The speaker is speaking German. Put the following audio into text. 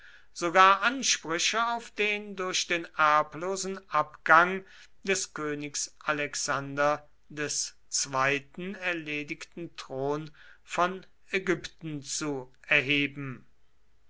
sogar ansprüche auf den durch den erblosen abgang des königs alexander il erledigten thron von ägypten zu erheben